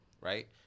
Right